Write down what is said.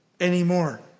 anymore